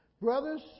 Brothers